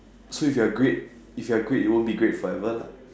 so if you are great if you are great it won't be great forever lah